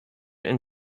and